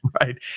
Right